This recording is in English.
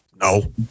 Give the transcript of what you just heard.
No